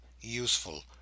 useful